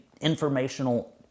informational